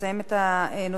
הייתי רוצה,